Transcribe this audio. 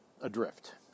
adrift